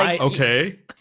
okay